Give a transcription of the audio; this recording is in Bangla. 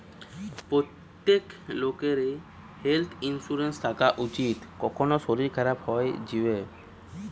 প্রত্যেক লোকেরই হেলথ ইন্সুরেন্স থাকা উচিত, কখন শরীর খারাপ হই যিবে